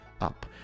up